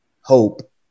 hope